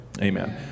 Amen